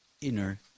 inner